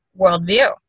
worldview